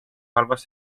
halvas